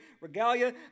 regalia